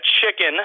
chicken